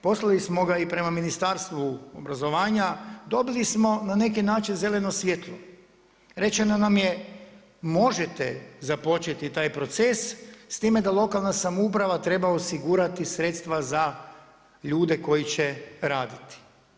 Poslali smo ga i prema Ministarstvu obrazovanja, dobili smo na neki način zeleno svjetlo, rečeno nam je možete započeti taj proces s time da lokalna samouprava treba osigurati sredstva za ljude koji će raditi.